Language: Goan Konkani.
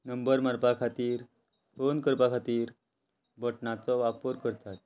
नंबर मारपा खातीर ऑन करपा खातीर बटनाचो वापर करतात